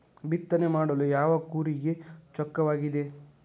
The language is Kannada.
ಬಿತ್ತನೆ ಮಾಡಲು ಯಾವ ಕೂರಿಗೆ ಚೊಕ್ಕವಾಗಿದೆ?